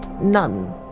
None